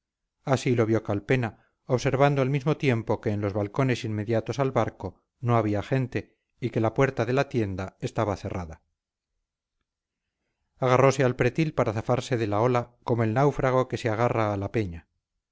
así lo vio calpena observando al propio tiempo que en los balcones inmediatos al barco no había gente y que la puerta de la tienda estaba cerrada agarrose al pretil para zafarse de la ola como el náufrago que se agarra a la peña